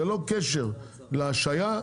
ללא קשר להשהיה,